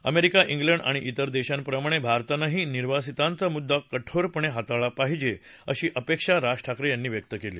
America श्लेंड आणि तेर देशांप्रमाणे भारतानंही निर्वासितांचा मुद्दा कठोरपणे हाताळला पाहिजे अशी अपेक्षाही राज ठाकरे यांनी व्यक्त केली